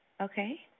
Okay